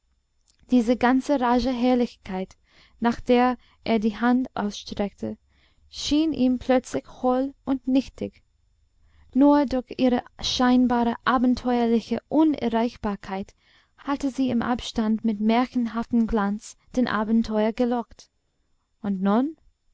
diese ganze raja herrlichkeit nach der er die hand ausstreckte schien ihm plötzlich hohl und nichtig nur durch ihre scheinbare abenteuerliche unerreichbarkeit hatte sie im abstand mit märchenhaftem glanz den abenteurer gelockt und nun